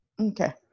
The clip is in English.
okay